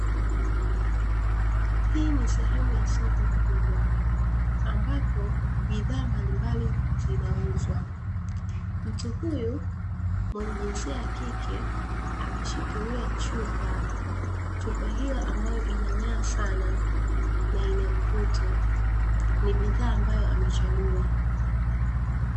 Hii ni sehemu ya soko kubwa ambapo bidhaa mbalimbali zinauzwa, mtu huyu mwenye jinsia ya kike ameshikilia chupa, chupa hiyo ambayo inang'aa sana na ina mvuto. Ni bidhaa ambayo amechagua.